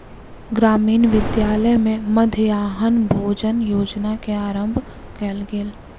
ग्रामीण विद्यालय में मध्याह्न भोजन योजना के आरम्भ कयल गेल